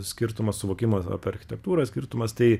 skirtumas suvokimo apie architektūrą skirtumas tai